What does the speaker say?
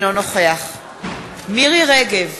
אינו נוכח מירי רגב,